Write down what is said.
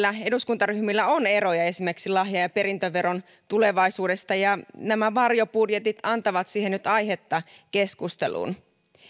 eduskuntaryhmillä on eroja esimerkiksi lahja ja ja perintöveron tulevaisuudesta ja nämä varjobudjetit antavat nyt aihetta keskusteluun